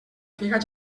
figa